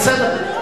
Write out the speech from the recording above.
בסדר.